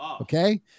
okay